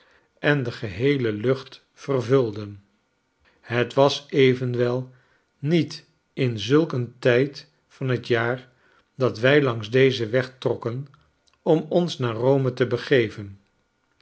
en de geheele lucht vervulden het was evenwel niet in zulk een tijd van het jaar dat wfl langs dezen weg trokken om ons naar rome te begeven